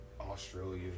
Australia